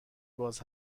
باز